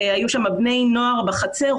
היו שם בני נוער בחצר,